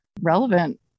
relevant